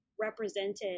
represented